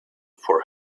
for